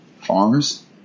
Farms